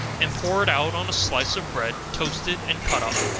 and pour it out on a slice of bread toasted and cut up,